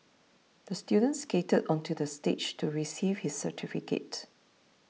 the student skated onto the stage to receive his certificate